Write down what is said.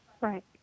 Right